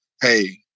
Hey